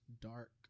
dark